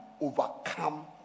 overcome